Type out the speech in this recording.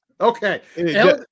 Okay